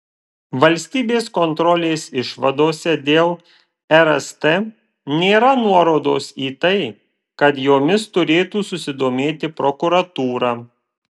valstybės kontrolės išvadose dėl rst nėra nuorodos į tai kad jomis turėtų susidomėti prokuratūra